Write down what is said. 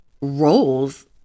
roles